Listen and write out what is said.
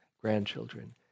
grandchildren